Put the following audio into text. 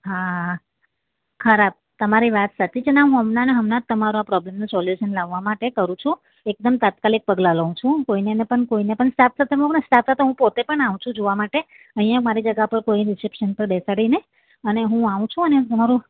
હા ખરાબ તમારી વાત સાચી છે ને હું હમણાંને હમણાં જ તમારો આ પ્રોબ્લેમનું સોલ્યુશન લાવવા માટે કરું છું એકદમ તાત્કાલિક પગલાં લઉં છું હું કોઈને ને પણ કોઈને પણ સ્ટાફ સાથે હું હમણાં હું સ્ટાફ સાથે હું પોતે પણ આવું છું જોવા માટે અહીંયા મારી જગ્યા પર કોઈ રિશેપ્શન પર બેસાડીને અને હું આવું છું અને તમારું